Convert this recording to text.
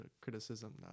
criticism